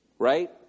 Right